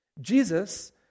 Jesus